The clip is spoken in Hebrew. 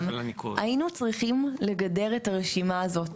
היינו צריכים לגדר את הרשימה הזאת.